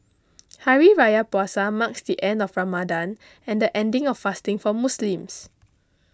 Hari Raya Puasa marks the end of Ramadan and the ending of fasting for Muslims